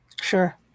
Sure